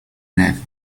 neve